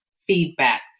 feedback